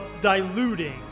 diluting